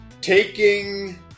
Taking